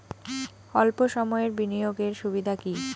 অল্প সময়ের বিনিয়োগ এর সুবিধা কি?